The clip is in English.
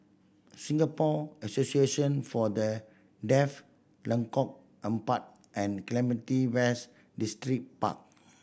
Singapore Association For The Deaf Lengkok Empat and Clementi West Distripark